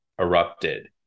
erupted